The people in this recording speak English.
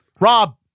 Rob